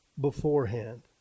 beforehand